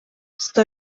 сто